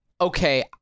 okay